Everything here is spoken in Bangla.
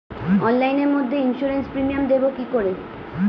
অনলাইনে মধ্যে ইন্সুরেন্স প্রিমিয়াম দেবো কি করে?